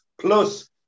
Plus